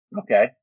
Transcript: Okay